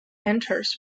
enters